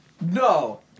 No